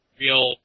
real